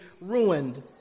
ruined